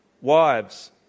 Wives